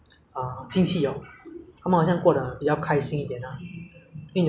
每天就是好像要赶赶工 ah 每天就只走快 ah 走来走去 ya